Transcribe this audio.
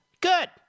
Good